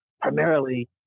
primarily